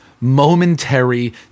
momentary